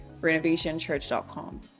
renovationchurch.com